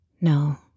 No